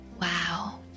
Wow